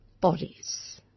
bodies